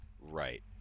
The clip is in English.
Right